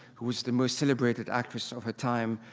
who is the most celebrated actress of her time,